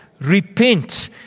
repent